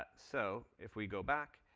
ah so if we go back,